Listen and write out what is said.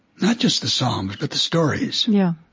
not just the psalms, but the stories yeah,